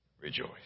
rejoice